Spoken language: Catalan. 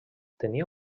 tenia